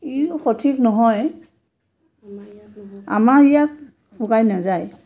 ইও সঠিক নহয় আমাৰ ইয়াত শুকাই নাযায়